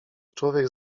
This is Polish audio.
człowiek